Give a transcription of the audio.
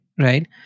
right